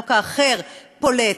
תינוק אחר פולט,